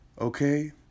Okay